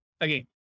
again